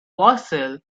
wassail